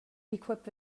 equipped